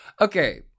Okay